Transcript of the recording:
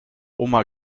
oma